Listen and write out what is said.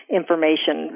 information